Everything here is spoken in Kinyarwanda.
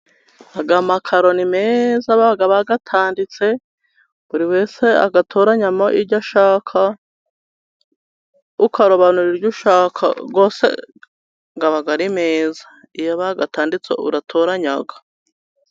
Aya makaro ni meza baba bayatanditse, buri wese agatoranyamo ayo ashaka, ukarobanuramo ayo ushaka. Rwose aba ari meza, iyo bayatanditse uratoranya.